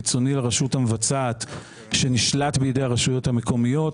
חיצוני לרשות המבצעת שנשלט בידי הרשויות המקומיות.